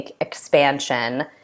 expansion